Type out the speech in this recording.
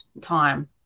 time